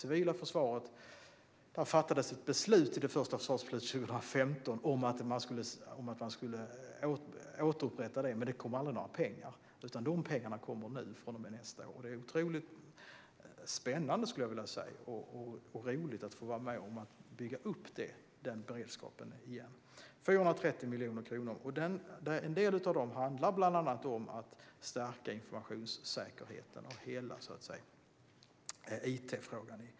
I försvarsbeslutet 2015 om det civila försvaret beslutades att man skulle återupprätta det, men det kom aldrig några pengar. De pengarna kommer nu från och med nästa år. Det är otroligt spännande och roligt att få vara med om att bygga upp den beredskapen igen. En del av de 430 miljoner kronorna handlar bland annat om att stärka informationssäkerheten och hela it-frågan.